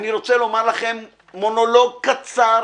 אני רוצה לומר לכם מונולוג קצר